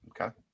Okay